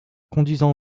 conduisant